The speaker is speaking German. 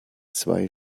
zwei